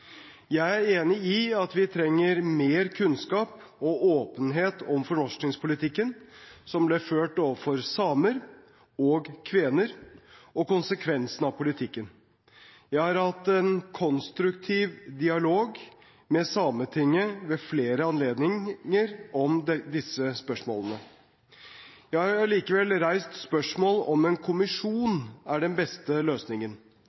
Jeg er enig i at vi trenger mer kunnskap og åpenhet om fornorskningspolitikken som ble ført overfor samer og kvener, og om konsekvensene av politikken. Vi har ved flere anledninger hatt en konstruktiv dialog med Sametinget om disse spørsmålene. Vi har likevel reist spørsmål om en kommisjon er den beste løsningen.